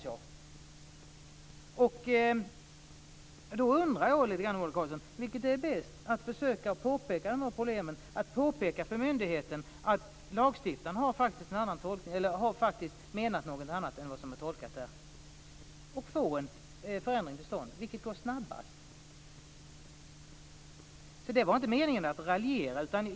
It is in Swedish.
Jag undrar, Ola Karlsson: Vilket är bäst - att försöka påpeka problemen, att påpeka för myndigheten att lagstiftaren har menat något annat och få en förändring? Vilket går snabbast? Det var inte meningen att raljera.